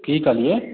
की कहलिऐ